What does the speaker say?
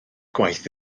gwaith